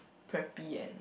preppy and